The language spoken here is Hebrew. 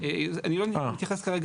האם היא תחול רק